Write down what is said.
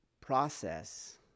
process